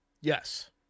Yes